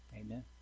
Amen